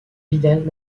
vidal